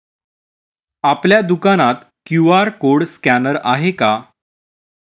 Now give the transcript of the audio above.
आपल्या दुकानात QR code scanner आहे का?